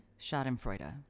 schadenfreude